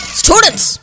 students